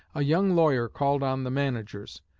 a young lawyer called on the managers.